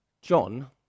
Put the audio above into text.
John